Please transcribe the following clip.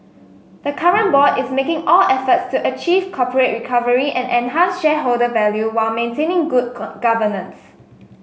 the current board is making all efforts to achieve corporate recovery and enhance shareholder value while maintaining good governance